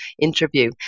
interview